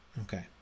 Okay